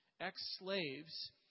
ex-slaves